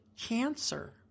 Cancer